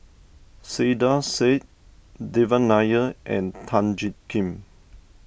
Saiedah Said Devan Nair and Tan Jiak Kim